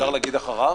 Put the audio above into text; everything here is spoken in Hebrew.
אפשר להגיד אחריו?